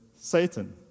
Satan